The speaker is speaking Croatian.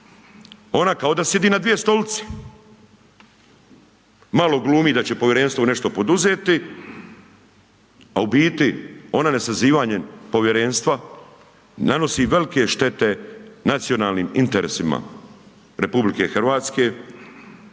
Ona kao da sidi na 2 stolice, malo glumi da će povjerenstvo nešto poduzeti, a u biti ona nesazivanje povjerenstva, nanosi velike štete nacionalnim interesima RH i na